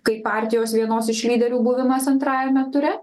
kaip partijos vienos iš lyderių buvimas antrajame ture